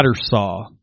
saw